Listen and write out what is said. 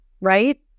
right